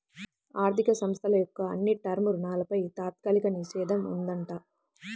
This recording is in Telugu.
ఆర్ధిక సంస్థల యొక్క అన్ని టర్మ్ రుణాలపై తాత్కాలిక నిషేధం ఉందంట